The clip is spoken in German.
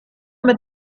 mit